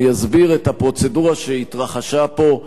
אני אסביר את הפרוצדורה שהתרחשה פה.